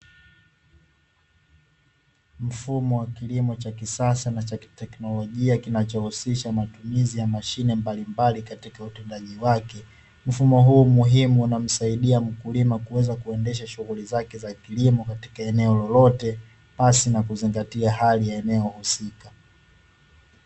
Mfumo kwa kilimo cha kisasa na cha kiteknolojia kinachohusika mfumo